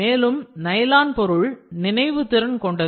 மேலும் நைலான் பொருள் நினைவு திறன் material memory கொண்டது